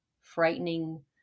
frightening